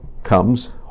comes